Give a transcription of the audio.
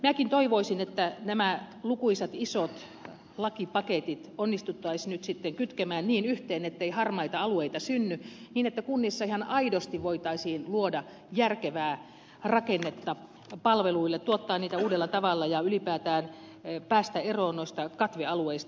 minäkin toivoisin että nämä lukuisat isot lakipaketit onnistuttaisiin nyt sitten kytkemään niin yhteen ettei harmaita alueita synny niin että kunnissa ihan aidosti voitaisiin luoda järkevää rakennetta palveluille tuottaa niitä uudella tavalla ja ylipäätään päästä eroon noista katvealueista